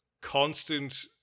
constant